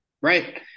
Right